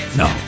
no